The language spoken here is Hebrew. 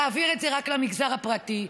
תעביר את זה רק למגזר הפרטי.